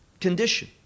condition